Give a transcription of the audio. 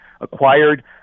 acquired